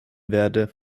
werde